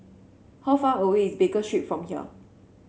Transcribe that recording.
how far away is Baker Street from here